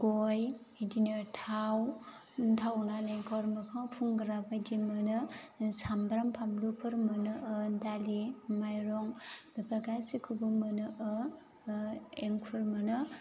गय बिदिनो थाव थाव नारेंखल मोखाङाव फुनग्रा बायदि मोनो सामब्राम फानलुफोर मोनो दालि माइरं बेफोर गासिखौबो मोनो एंखुर मोनो